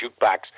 jukebox